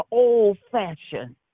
old-fashioned